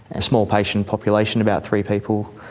a small patient population, about three people,